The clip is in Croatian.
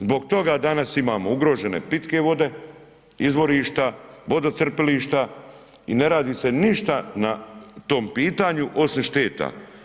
Zbog toga danas imamo ugrožene pitke vode, izvorišta, vodocrpilišta, i ne radi se ništa na tom pitanju osim šteta.